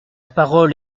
parole